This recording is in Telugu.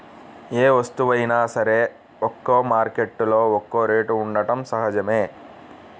ఏ వస్తువైనా సరే ఒక్కో మార్కెట్టులో ఒక్కో రేటు ఉండటం సహజమే